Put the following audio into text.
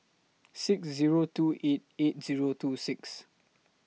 six Zero two eight eight Zero two six